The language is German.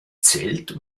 zelt